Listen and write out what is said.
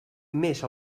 més